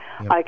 okay